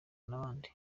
n’abandi